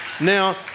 Now